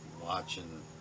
Watching